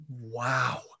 Wow